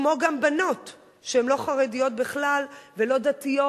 כמו גם בנות שהן לא חרדיות בכלל ולא דתיות